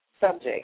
subject